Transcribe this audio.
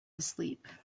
asleep